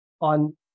on